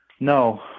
No